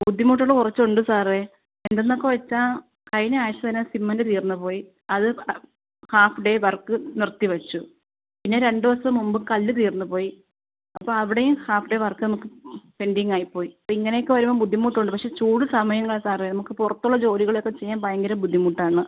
ബുദ്ധിമുട്ടുകൾ കുറച്ചുണ്ട് സാറേ എന്തെന്നൊക്കെ വെച്ചാൽ കഴിഞ്ഞ ആഴ്ച തന്നെ സിമൻറ് തീർന്ന് പോയി അത് ഹാഫ് ഡേ വർക്ക് നിർത്തി വെച്ചു പിന്നെ രണ്ട് ദിവസം മുമ്പ് കല്ല് തീർന്ന് പോയി അപ്പോൾ അവിടെയും ഹാഫ് ഡേ വർക്ക് നമുക്ക് പെൻഡിങ്ങ് ആയി പോയി അപ്പം ഇങ്ങനെയൊക്കെ വരുമ്പോൾ ബുദ്ധിമുട്ടുണ്ട് പക്ഷേ ചൂട് സമയങ്ങളാണ് സാറേ നമുക്ക് പുറത്തുള്ള ജോലികളൊക്കെ ചെയ്യാൻ ഭയങ്കര ബുദ്ധിമുട്ടാണ്